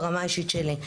ברמה האישית שלי,